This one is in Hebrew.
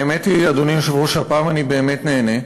האמת היא, אדוני היושב-ראש, שהפעם אני באמת נהנה.